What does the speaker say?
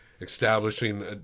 establishing